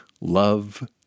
love